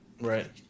right